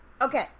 Okay